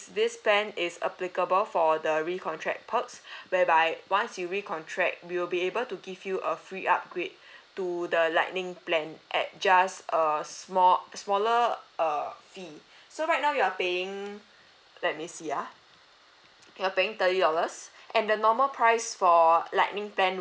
this plan is applicable for the recontract perks whereby once you recontract we'll be able to give you a free upgrade to the lightning plan at just err small smaller uh fee so right now you are paying let me see ah you're paying thirty dollars and the normal price for lightning plan